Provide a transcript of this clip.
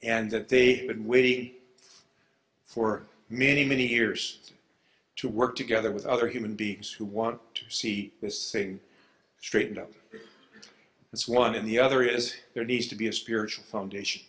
and that they have been waiting for many many years to work together with other human beings who want to see this saying straight up as one in the other is there needs to be a spiritual foundation